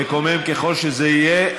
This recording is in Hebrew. מקומם ככל שזה יהיה,